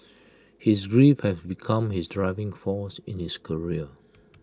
his grief had become his driving force in his career